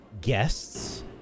guests